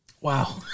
Wow